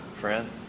friend